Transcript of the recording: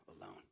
alone